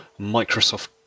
Microsoft